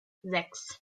sechs